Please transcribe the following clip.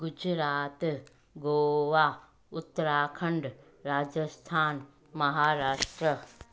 Gujarat Goa Uttarakhand Rajasthan Maharashtra